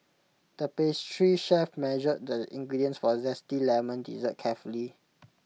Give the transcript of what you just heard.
the pastry chef measured the ingredients for A Zesty Lemon Dessert carefully